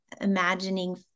imagining